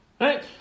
right